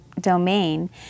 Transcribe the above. domain